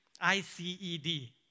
I-C-E-D